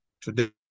Today